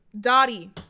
Dottie